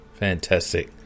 Fantastic